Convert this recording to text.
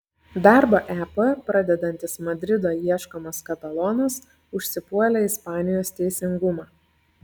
darbą ep pradedantis madrido ieškomas katalonas užsipuolė ispanijos teisingumą